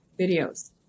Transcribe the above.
videos